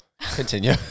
continue